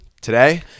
today